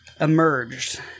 emerged